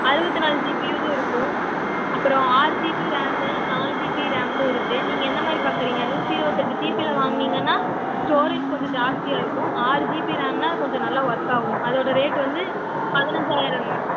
அறுபத்தி நாலு ஜிபியிதும் இருக்கும் அப்புறம் ஆறு ஜிபி ரேமு நாலு ஜிபி ரேம்தும் இருக்குது நீங்கள் எந்த மாதிரி பார்க்கறீங்க நூற்றி இருபத்தெட்டு ஜிபியில் வாங்குனீங்கன்னா ஸ்டோரேஜ் கொஞ்சம் ஜாஸ்தியாக இருக்கும் ஆறு ஜிபி ரேம்னால் கொஞ்சம் நல்லா ஒர்க் ஆகும் அதோடய ரேட் வந்து பதினஞ்சாயிரம் மேம்